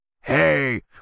hey